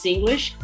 English